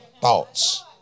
Thoughts